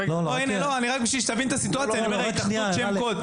רק שתבין את הסיטואציה, ההתאחדות זה שם קוד.